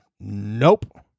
nope